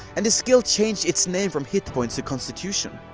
and the skill changed its name from hitpoints to constitution.